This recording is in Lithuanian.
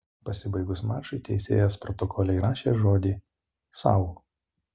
pasibaigus mačui teisėjas protokole įrašė žodį sau